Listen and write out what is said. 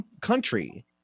country